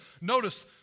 Notice